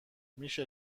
میشه